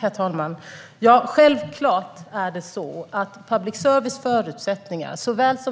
Herr talman! Självklart är förutsättningarna för public service,